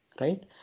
right